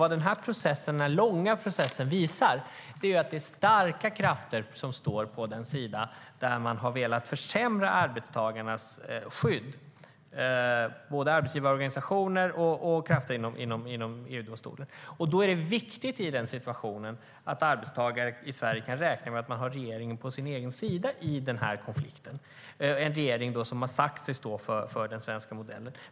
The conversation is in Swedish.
Denna långa process visar att det är starka krafter, både arbetsgivarorganisationer och krafter inom EU-domstolen, som står på den sida som har velat försämra arbetstagarnas skydd. I den situationen är det viktigt att arbetstagare i Sverige kan räkna med att ha regeringen på sin egen sida i konflikten. Regeringen har sagt sig stå för den svenska modellen.